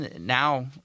now